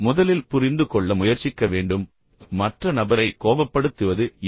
முதலில் புரிந்துகொள்ள முயற்சிக்க வேண்டும் மற்ற நபரை கோபப்படுத்துவது எது